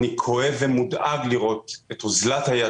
אני כואב ומודאג לראות את אוזלת היד